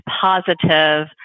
positive